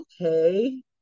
okay